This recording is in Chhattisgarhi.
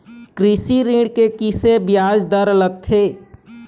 कृषि ऋण के किसे ब्याज दर लगथे?